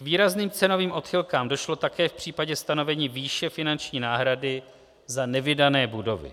K výrazným cenovým odchylkám došlo také v případě stanovení výše finanční náhrady za nevydané budovy.